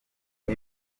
ngo